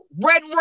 Red